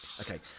Okay